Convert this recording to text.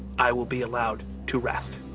i will be allowed to rest.